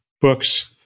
books